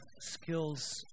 skills